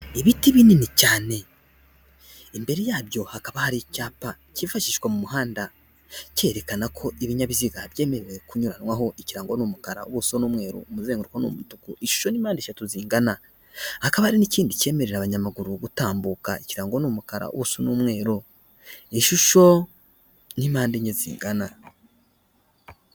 Ibiti binini cyane, imbere yabyo hakaba hari icyapa kifashishwa mu muhanda cyerekana ko ibinyabiziga byegemerewe kunyuranwaho icyango n'umukara ubuso n'umweru umuzenguko n'umutuku ishusho ni mpande eshatu zingana hakaba n'i ikindi cyemerera abanyamaguru gutambuka ikirango n'umukara wose n'umweru ishusho n'impande nye zigana.